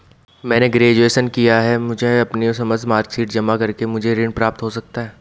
मैंने ग्रेजुएशन किया है मुझे अपनी समस्त मार्कशीट जमा करके मुझे ऋण प्राप्त हो सकता है?